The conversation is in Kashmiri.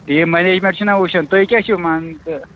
ٹیٖم مَنیجمیٚنٹ چھِنہٕ وُچھُن تُہۍ کیٛاہ چھُو مان تہٕ